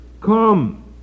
come